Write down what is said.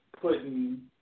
putting